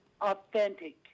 authentic